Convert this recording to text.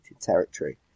territory